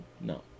No